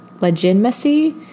legitimacy